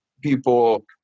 people